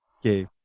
Okay